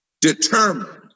determined